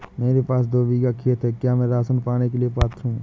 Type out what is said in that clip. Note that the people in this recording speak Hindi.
मेरे पास दो बीघा खेत है क्या मैं राशन पाने के लिए पात्र हूँ?